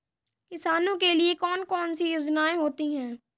किसानों के लिए कौन कौन सी योजनायें होती हैं?